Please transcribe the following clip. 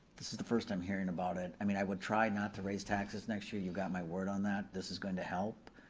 this is the first time hearing about it. i mean i would try not to raise taxes next year, you got my word on that, this is going to help.